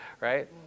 right